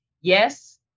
Yes